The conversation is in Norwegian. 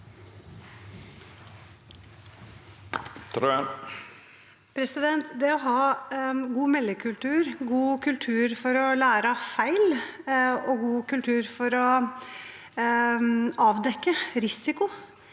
Det å ha god meldekultur, god kultur for å lære av feil og god kultur for å avdekke risiko